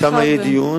שם יהיה דיון